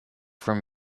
from